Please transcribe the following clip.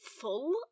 full